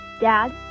Dad